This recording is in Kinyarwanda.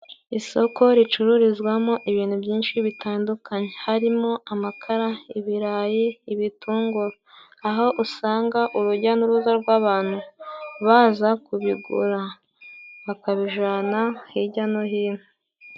Isoko ricururizwamo ibintu byinshi bitandukanye. Harimo amakara, ibirayi, ibitunguru aho usanga urujya n'uruza rw'abantu baza kubigura bakabijana hirya no hino.